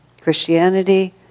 Christianity